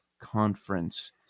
conference